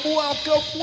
welcome